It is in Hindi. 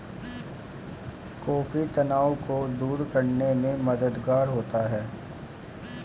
कॉफी तनाव को दूर करने में मददगार होता है